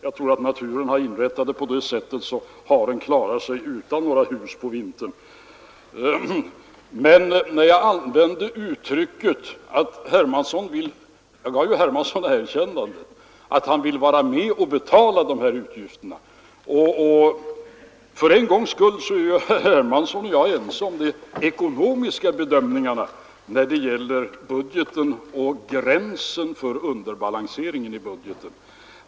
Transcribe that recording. Jag tror att naturen har inrättat det på det sättet att haren klarar sig utan något hus på vintern. Jag gav herr Hermansson erkännandet att han vill vara med och betala de här utgifterna, och för en gångs skull är herr Hermansson ense om de ekonomiska bedömningarna när det gäller budgeten och gränsen för underbalanseringen i den.